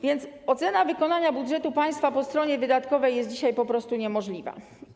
Więc ocena wykonania budżetu państwa po stronie wydatkowej jest dzisiaj po prostu niemożliwa.